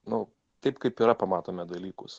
nu taip kaip yra pamatome dalykus